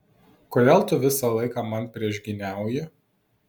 kodėl tu visą laiką man priešgyniauji